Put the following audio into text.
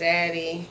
Daddy